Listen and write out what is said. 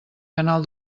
canal